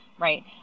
Right